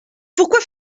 pourquoi